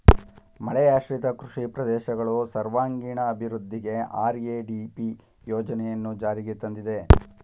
ಮಳೆಯಾಶ್ರಿತ ಕೃಷಿ ಪ್ರದೇಶಗಳು ಸರ್ವಾಂಗೀಣ ಅಭಿವೃದ್ಧಿಗೆ ಆರ್.ಎ.ಡಿ.ಪಿ ಯೋಜನೆಯನ್ನು ಜಾರಿಗೆ ತಂದಿದೆ